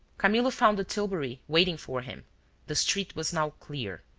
camillo found the tilbury waiting for him the street was now clear.